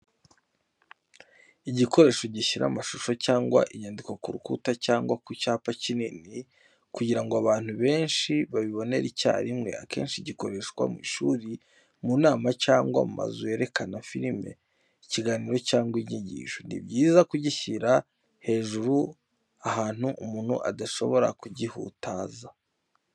Igikoresho gishyira amashusho cyangwa inyandiko ku rukuta cyangwa ku cyapa kinini, kugira ngo abantu benshi babibonere icyarimwe. Akenshi gikoreshwa mu ishuri, mu nama, cyangwa mu mazu yerekana filime, ibiganiro cyangwa inyigisho. Ni byiza kugishyira hejuru ahantu umuntu adashobora kugihutaza.